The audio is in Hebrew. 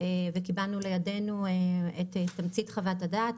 וקיבלנו לידינו את תמצית חוות הדעת.